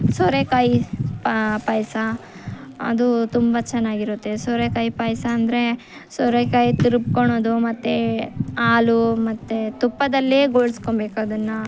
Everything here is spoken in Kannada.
ಸೋರೆಕಾಯಿ ಪಾಯಸ ಅದು ತುಂಬ ಚೆನ್ನಾಗಿರುತ್ತೆ ಸೋರೆಕಾಯಿ ಪಾಯಸ ಅಂದರೆ ಸೋರೇಕಾಯ್ದು ರುಬ್ಕೊಳೋದು ಮತ್ತೆ ಹಾಲು ಮತ್ತು ತುಪ್ಪದಲ್ಲೇ ಗೋಳಿಸ್ಕೊಳ್ಬೇಕು ಅದನ್ನು